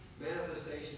manifestation